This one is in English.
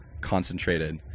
concentrated